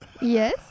Yes